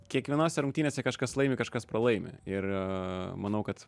kiekvienose rungtynėse kažkas laimi kažkas pralaimi ir manau kad